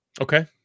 Okay